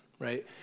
right